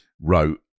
wrote